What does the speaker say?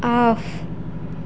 off